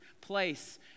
place